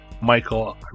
Michael